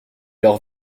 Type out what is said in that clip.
leur